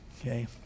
okay